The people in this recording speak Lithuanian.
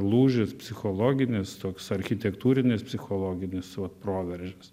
lūžis psichologinis toks architektūrinis psichologinis vat proveržis